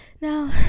Now